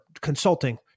consulting